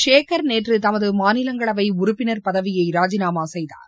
ஷேகர் நேற்று தமது மாநிலங்களவை உறுப்பினர் பதவியை ராஜினாமா செய்தார்